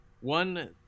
one